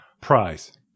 prize